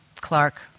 Clark